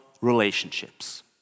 relationships